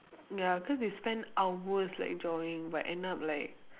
ya cause they spend hours like drawing but end up like